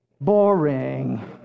Boring